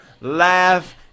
laugh